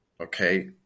okay